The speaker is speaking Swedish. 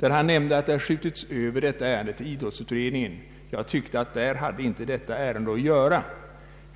Han nämnde där att ärendet skjutits över till idrottsutredningen. Jag tyckte att där hade inte detta ärende att göra.